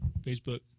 Facebook